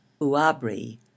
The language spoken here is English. uabri